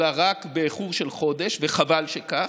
אלא רק באיחור של חודש, וחבל שכך.